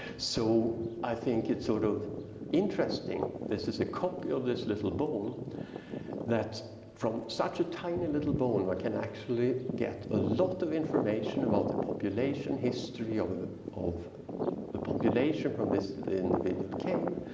so i think it's sort of interesting, this is a copy of this little bone that from such a tiny little bone, one but can actually get a lot of information about the population history, of the of the population from this individual came.